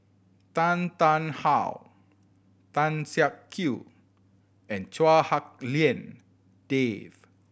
Tan Tarn How Tan Siak Kew and Chua Hak Lien Dave